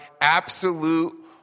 absolute